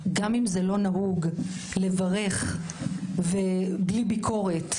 גם אם זה לא נהוג לברך ובלי ביקורת בפוליטיקה,